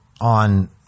on